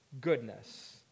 goodness